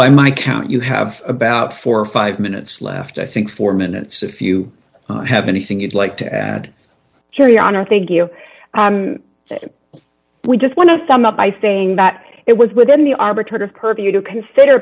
count you have about four or five minutes left i think four minutes if you have anything you'd like to add carry on or thank you we just want to sum up by saying that it was within the arbitrator purview to consider